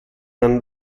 man